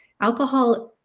Alcohol